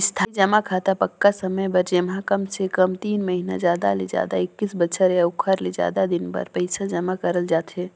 इस्थाई जमा खाता पक्का समय बर जेम्हा कमसे कम तीन महिना जादा ले जादा एक्कीस बछर या ओखर ले जादा दिन बर पइसा जमा करल जाथे